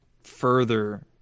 further